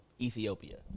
Ethiopia